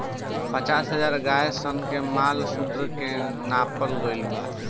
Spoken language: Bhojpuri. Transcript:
पचास हजार गाय सन के मॉल मूत्र के नापल गईल बा